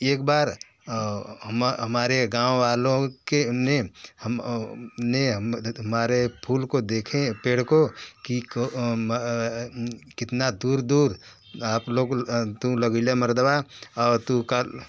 एक बार हम हमारे गाँव वालों के ने हम ने हम हमारे फूल को देखे पेड़ को कि कितना दूर दूर आप लोग